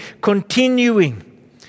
continuing